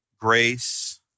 grace